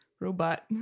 robot